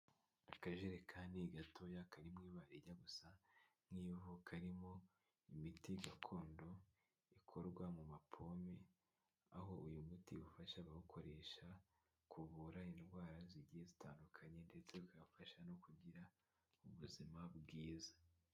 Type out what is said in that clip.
Akajerekani gatoya kari mu ibara rijya gusa nk'ivu karimo imiti gakondo ikorwa mu ma pome aho uyu muti ufasha abawukoresha kuvura indwara zigiye zitandukanye ndetse bigafasha no kugira ubuzima bwiza.